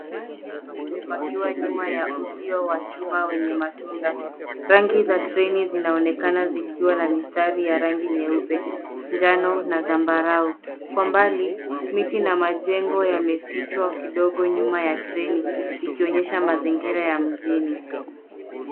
Treni ndefu imepakiwa nyuma ya uzio wa chuma wenye matunda. Rangi za treni zinaonekana zikiwa na mistari ya rangi nyeupe, njano na zambarau. Kwa mbali miti na majengo yamefichwa kidogo nyuma ya treni ikionyesha mazingira ya mjini.